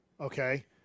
okay